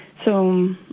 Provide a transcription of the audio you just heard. so